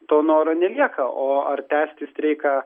to noro nelieka o ar tęsti streiką